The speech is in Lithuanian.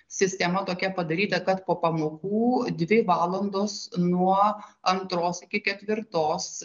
sistema tokia padaryta kad po pamokų dvi valandos nuo antros iki ketvirtos